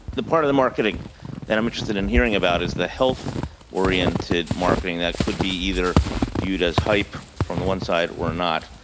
the part of the marketing that i'm intereste d in hearing about is the health oriented marketing that could be either viewed as hype from the one side or not